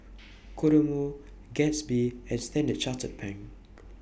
Kodomo Gatsby and Standard Chartered Bank